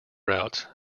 routes